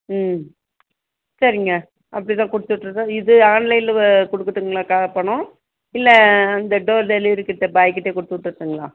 ம் சரிங்க அப்படி தான் கொடுத்துவிட்ருங்க இது ஆன்லைனில் கொடுக்கட்டுங்களா க பணம் இல்லை அந்த டோர் டெலிவரிக்கிட்டே பாய்க்கிட்டேயே கொடுத்து விட்டுருட்டுங்களா